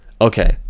okay